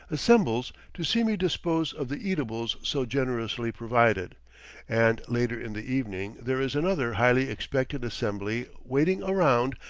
assembles to see me dispose of the eatables so generously provided and later in the evening there is another highly-expectant assembly waiting around,